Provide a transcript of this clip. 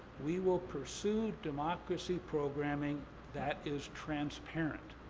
we will pursue democracy programming that is transparent.